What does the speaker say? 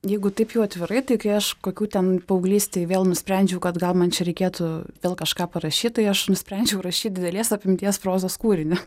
jeigu kaip jau atvirai tai kai aš kokių ten paauglystėj vėl nusprendžiau kad gal man čia reikėtų vėl kažką parašyt tai aš nusprendžiau rašyt didelės apimties prozos kūrinį